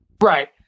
Right